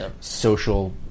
social